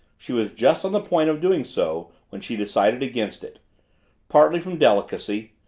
she was just on the point of doing so when she decided against it partly from delicacy,